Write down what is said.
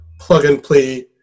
plug-and-play